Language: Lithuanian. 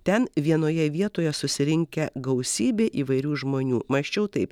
ten vienoje vietoje susirinkę gausybė įvairių žmonių mąsčiau taip